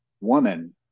woman